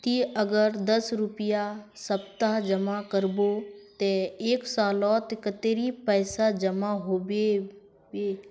ती अगर दस रुपया सप्ताह जमा करबो ते एक सालोत कतेरी पैसा जमा होबे बे?